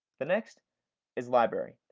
the next is library.